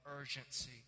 urgency